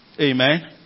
Amen